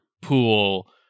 pool